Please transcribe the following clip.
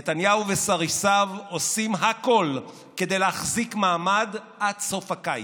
נתניהו וסריסיו עושים הכול כדי להחזיק מעמד עד סוף הקיץ.